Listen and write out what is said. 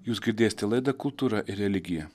jūs girdėste laidą kultūra ir religija